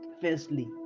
firstly